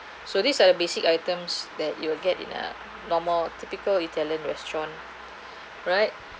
so these are the basic items that you will get in a normal typical italian restaurant right